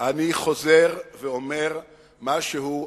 חוזר ואומר משהו,